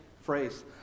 phrase